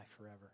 forever